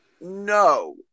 no